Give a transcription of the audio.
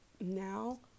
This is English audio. now